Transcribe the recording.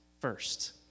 first